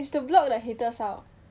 it's to block the haters out